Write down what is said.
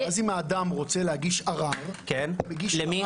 אם אדם רוצה להגיש ערר --- למי?